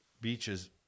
beaches